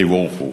תבורכו.